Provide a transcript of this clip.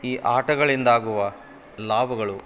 ಈ ಆಟಗಳಿಂದಾಗುವ ಲಾಭಗಳು